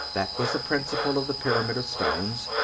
that was the principle of the pyramid of stones.